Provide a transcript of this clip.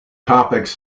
topics